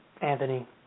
Anthony